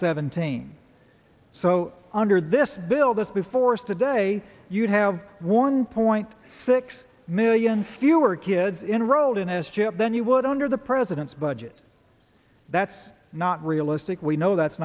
seventeen so under this bill this before us today you'd have one point six million fewer kids enrolled in s chip then you would under the president's budget that's not realistic we know that's